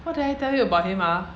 what did I tell you about him ah